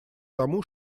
тому